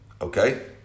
Okay